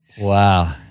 Wow